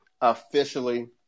officially